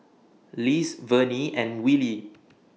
Lise Vernie and Wylie